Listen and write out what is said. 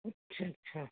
अच्छा अच्छा